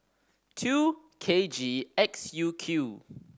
two K G X U Q